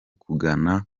kugana